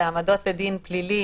שהעמדות לדין פלילי